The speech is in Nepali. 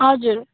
हजुर